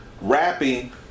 rapping